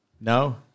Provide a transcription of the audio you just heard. No